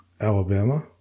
Alabama